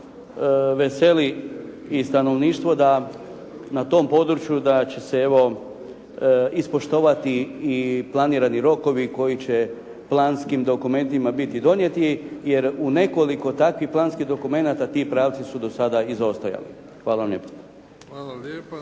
veseli i stanovništvo na tom području da će se evo ispoštovati i planirani rokovi koji će planskim dokumentima biti donijeti, jer u nekoliko takvih planskih dokumenata ti pravci su tada izostajali. Hvala vam lijepo.